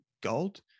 gold